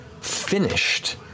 finished